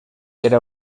era